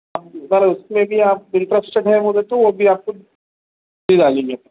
اگر اُس میں بھی آپ انٹریسٹیڈ ہیں بولے تو وہ بھی آپ کو دے ڈالیں گے